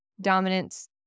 dominance